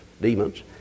demons